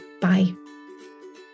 bye